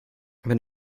wenn